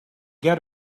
get